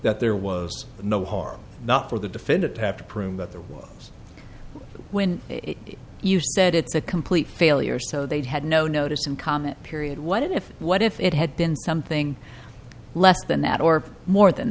that there was no harm not for the defendant to have to prove that there was when you said it's a complete failure so they'd had no notice and comment period what if what if it had been something less than that or more than